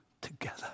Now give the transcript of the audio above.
together